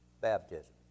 baptism